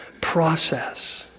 process